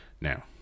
Now